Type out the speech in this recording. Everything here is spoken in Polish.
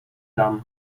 dam